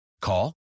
Call